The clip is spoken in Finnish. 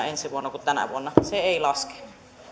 ensi vuonna samankokoisena kuin tänä vuonna se ei laske